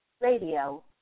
radio